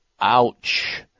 Ouch